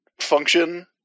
function